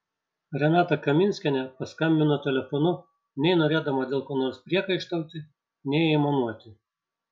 renata kaminskienė paskambino telefonu nei norėdama dėl ko nors priekaištauti nei aimanuoti